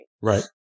Right